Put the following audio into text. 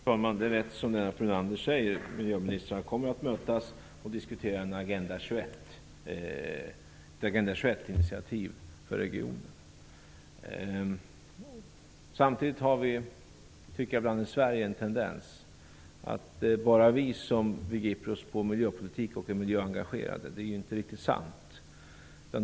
Fru talman! Det är riktigt som Lennart Brunander sade. Miljöministrarna kommer att mötas och diskutera ett Agenda 21-initiativ för regionen. Vi har ibland i Sverige en tendens att anse att det bara är vi som begriper oss på miljöpolitik och är miljöengagerade. Det är inte riktigt sant.